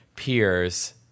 peers